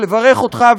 לברך אותך,